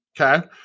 okay